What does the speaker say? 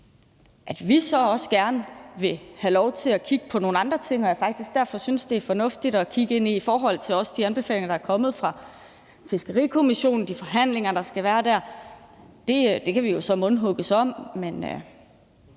At vi så også gerne vil have lov til at kigge på nogle andre ting, og at jeg faktisk derfor synes, at det er fornuftigt at kigge på de anbefalinger, der er kommet fra Fiskerikommissionen, og de forhandlinger, der skal være der, kan vi jo så mundhugges om. Men